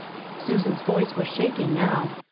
susan's voice was shaking now.